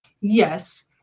yes